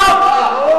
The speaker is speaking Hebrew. שתוק.